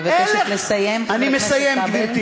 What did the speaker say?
אני מבקשת לסיים, חבר הכנסת כבל.